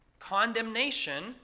condemnation